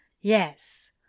Yes